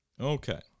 Okay